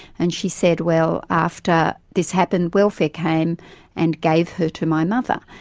and she said, well, after this happened welfare came and gave her to my mother.